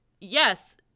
yes